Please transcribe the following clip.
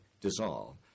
dissolve